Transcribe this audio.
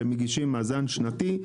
כשהם מגיעים מאזן שנתי,